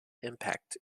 impact